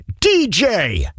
DJ